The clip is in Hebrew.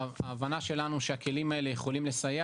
ההבנה שלנו שהכלים האלה יכולים לסייע